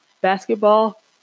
basketball